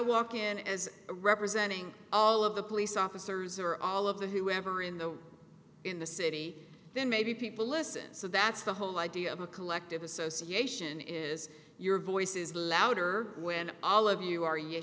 walk in as representing all of the police officers or all of the whoever in the in the city then maybe people listen so that's the whole idea of a collective association is your voice is louder when all of you are you